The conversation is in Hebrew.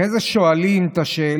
אחרי זה שואלים את השאלה,